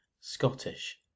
Scottish